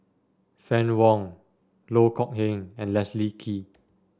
Fann Wong Loh Kok Heng and Leslie Kee